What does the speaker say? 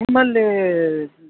ನಿಮ್ಮಲ್ಲಿ